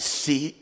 see